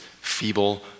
feeble